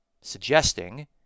suggesting